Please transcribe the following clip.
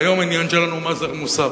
והיום העניין שלנו הוא מס ערך מוסף.